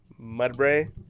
Mudbray